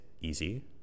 easy